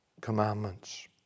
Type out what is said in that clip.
commandments